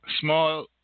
small